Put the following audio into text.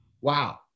Wow